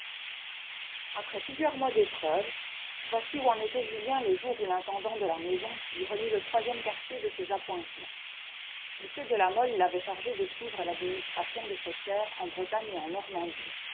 après plusieurs mois d'épreuves voici où en était julien le jour où l'intendant de la maison lui remit le troisième quartier de ses appointements m de la mole l'avait chargé de suivre l'administration de ses terres en bretagne et en normandie